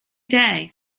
day